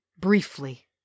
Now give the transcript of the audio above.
briefly